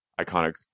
iconic